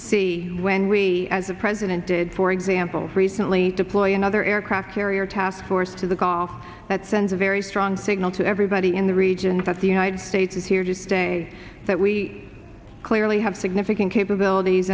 see when we as a president did for example recently deploy another aircraft carrier task force to the golf that sends a very strong signal to everybody in the region that the united states is here to stay that we clearly have significant capabilities